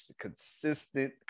consistent